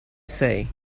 say